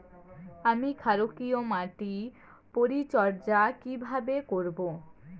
আমি ক্ষারকীয় মাটির পরিচর্যা কিভাবে করব?